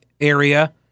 area